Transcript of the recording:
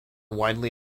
widely